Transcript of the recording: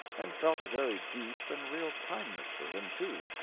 and felt a very deep and real kindness for him, too,